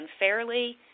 unfairly